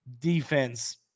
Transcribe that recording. defense